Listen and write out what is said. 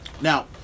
Now